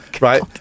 Right